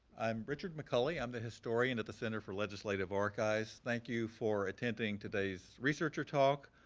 i'm richard mcculley. i'm the historian at the center for legislative archives. thank you for attending today's researcher talk,